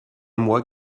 mois